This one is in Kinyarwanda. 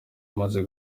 bamaze